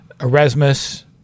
Erasmus